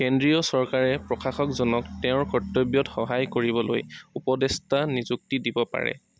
কেন্দ্ৰীয় চৰকাৰে প্ৰশাসকজনক তেওঁৰ কৰ্তব্যত সহায় কৰিবলৈ উপদেষ্টা নিযুক্তি দিব পাৰে